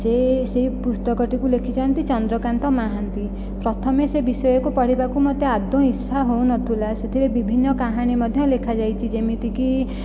ସେ ସେହି ପୁସ୍ତକଟିକୁ ଲେଖିଛନ୍ତି ଚନ୍ଦ୍ରକାନ୍ତ ମହାନ୍ତି ପ୍ରଥମେ ସେ ବିଷୟକୁ ପଢ଼ିବାକୁ ମୋତେ ଆଦୌ ଇଚ୍ଛା ହେଉନଥୁଲା ସେଥିରେ ବିଭିନ୍ନ କାହାଣୀ ମଧ୍ୟ ଲେଖାଯାଇଛି ଯେମିତିକି